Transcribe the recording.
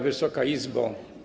Wysoka Izbo!